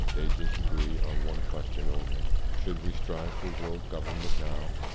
they disagree on one question only should we strive for world gov ernment now?